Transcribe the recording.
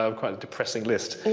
ah um quite a depressing list.